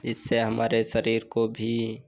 इससे हमारे शरीर को भी